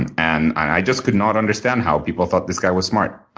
and and i just could not understand how people thought this guy was smart.